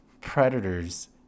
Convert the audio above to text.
predators